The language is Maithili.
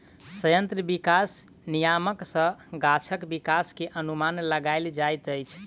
संयंत्र विकास नियामक सॅ गाछक विकास के अनुमान लगायल जाइत अछि